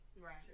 Right